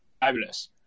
fabulous